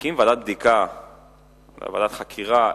להקים ועדת בדיקה או ועדת חקירה,